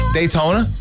Daytona